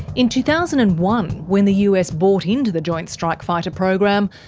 in two thousand and one, when the us bought into the joint strike fighter program,